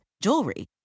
jewelry